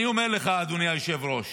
אני אומר לך, אדוני היושב-ראש,